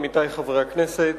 עמיתי חברי הכנסת,